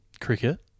cricket